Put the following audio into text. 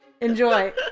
Enjoy